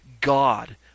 God